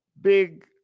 big